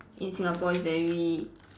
in Singapore is very